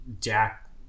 Jack